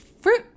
fruit